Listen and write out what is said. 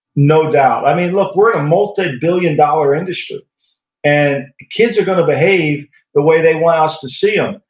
no doubt. i mean, look, we're in a multi-billion dollar industry and kids are going to behave the way they want us to see them,